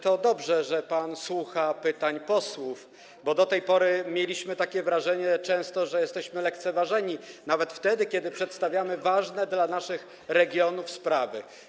To dobrze, że pan słucha pytań posłów, bo do tej pory często mieliśmy takie wrażenie, że jesteśmy lekceważeni, nawet wtedy, kiedy przedstawiamy ważne dla naszych regionów sprawy.